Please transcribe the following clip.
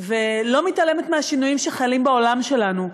ולא מתעלמת מהשינויים שחלים בעולם שלנו.